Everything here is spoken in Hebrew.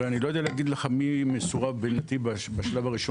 אני לא יודע להגיד לך מי מסורב בנתיב בשלב הראשון.